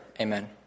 Amen